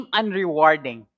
unrewarding